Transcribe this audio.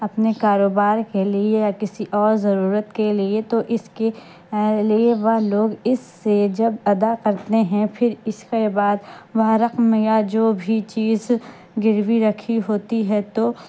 اپنے کاروبار کے لیے یا کسی اور ضرورت کے لیے تو اس کی لیے وہ لوگ اس سے جب ادا کرتے ہیں پھر اس کے بعد وہ رقم یا جو بھی چیز گروی رکھی ہوتی ہے تو